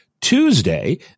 Tuesday